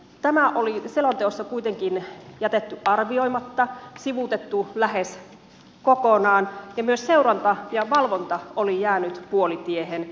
tämä oli selonteossa kuitenkin jätetty arvioimatta sivuutettu lähes kokonaan ja myös seuranta ja valvonta olivat jääneet puolitiehen